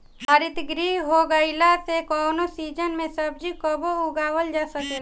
हरितगृह हो गईला से कवनो सीजन के सब्जी कबो उगावल जा सकेला